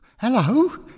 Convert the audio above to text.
Hello